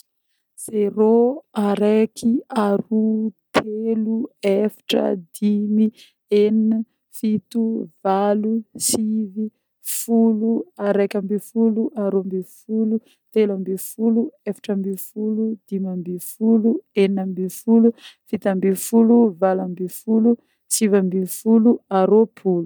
Zéro, Araiky, aroa, telo, efatra, dimy, enigna, fito, valo, sivy, folo, araiky ambifolo, aroa ambofolo, telo ambifolo, efatra ambifolo, dimy ambifolo, enigna ambifolo, fito ambifolo, valo ambifolo, sivy ambifolo, a-rôpolo.